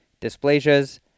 dysplasias